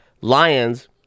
lions